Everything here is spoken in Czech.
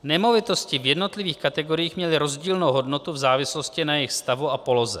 Nemovitosti v jednotlivých kategoriích měly rozdílnou hodnotu v závislosti na jejich stavu a poloze.